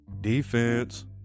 defense